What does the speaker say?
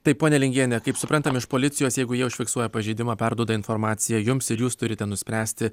taip ponia lingiene kaip suprantam iš policijos jeigu jie užfiksuoja pažeidimą perduoda informaciją jums ir jūs turite nuspręsti